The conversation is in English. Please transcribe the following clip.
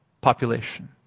population